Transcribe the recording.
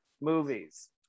movies